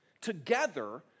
Together